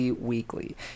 weekly